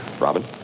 Robin